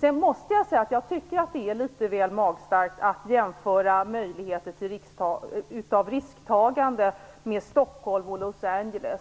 Sedan måste jag säga att jag tycker att det är litet väl magstarkt att jämföra möjligheter till risktagande mellan Stockholm och Los Angeles.